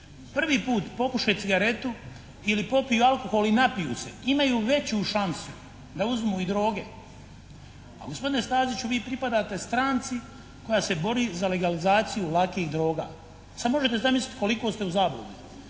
prvi put popuše cigaretu ili popiju alkohol i napiju se imaju veću šansu da uzmu i droge. A gospodine Staziću vi pripadate stranci koja se bori legalizaciju lakih droga. Sad možete zamisliti koliko ste u zabludi.